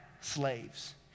slaves